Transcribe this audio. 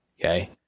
okay